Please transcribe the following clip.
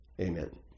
Amen